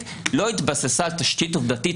לא התבססה על תשתית עובדתית הולמת".